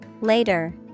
Later